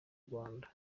rwanda